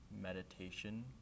meditation